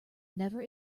never